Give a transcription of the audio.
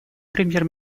премьер